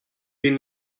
been